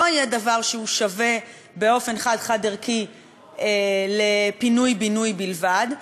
לא יהיה דבר שהוא שווה באופן חד-חד-ערכי לפינוי-בינוי בלבד,